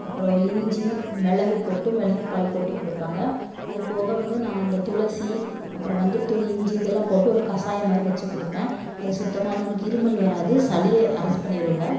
அப்புறோம் இஞ்சி மிளகு போட்டு மிளகுப் பால் போட்டுக் கொடுப்பேங்க அதுபோக வந்து நான் இந்த துளசி அப்புறம் மஞ்சள்தூள் இஞ்சி இதெல்லாம் போட்டு ஒரு கசாயம் மாதிரி வச்சி கொடுப்பேன் அது சுத்தமாக வந்து அவனுக்கு இருமல் வராது சளியை அரஸ்ட் பண்ணிருங்க